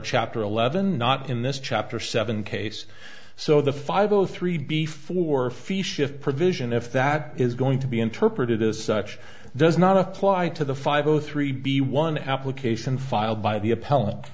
chapter eleven not in this chapter seven case so the five zero three before fee shift provision if that is going to be interpreted as such does not apply to the five zero three b one application filed by the app